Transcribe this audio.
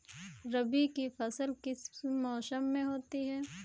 रबी की फसल किस मौसम में होती है?